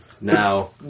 Now